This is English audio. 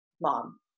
mom